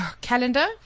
calendar